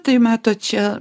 tai matot čia